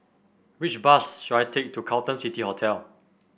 which bus should I take to Carlton City Hotel